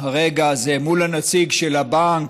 הרגע הזה מול הנציג של הבנק,